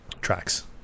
tracks